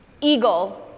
eagle